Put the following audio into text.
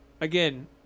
again